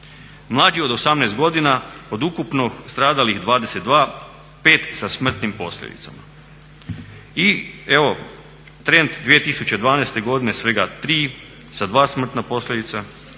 Mlađi od 18 godina od ukupno stradalih 22 5 sa smrtnim posljedicama. I evo trend 2012. godine svega 3 sa 2 smrtne posljedice,